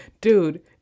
dude